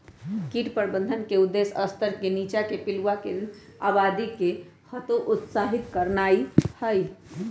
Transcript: कीट प्रबंधन के उद्देश्य स्तर से नीच्चाके पिलुआके आबादी के हतोत्साहित करनाइ हइ